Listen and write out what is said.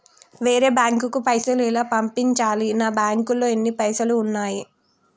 వేరే బ్యాంకుకు పైసలు ఎలా పంపించాలి? నా బ్యాంకులో ఎన్ని పైసలు ఉన్నాయి?